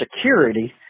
security